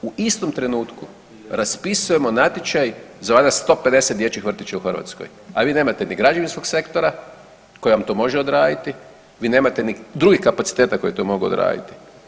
U istom trenutku raspisujemo natječaj za valjda 150 dječjih vrtića u Hrvatskoj, a vi nemate ni građevinskog sektora koji vam to može odraditi, vi nemate ni drugih kapaciteta koji to mogu odraditi.